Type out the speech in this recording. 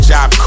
Job